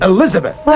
Elizabeth